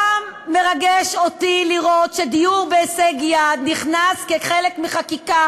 גם מרגש אותי לראות שדיור בהישג יד נכנס כחלק מחקיקה